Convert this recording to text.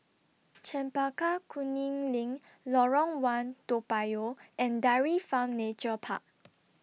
Chempaka Kuning LINK Lorong one Toa Payoh and Dairy Farm Nature Park